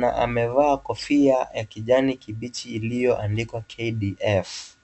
na amevaa kofia ya kijani kibichi iliyoandikwa KDF .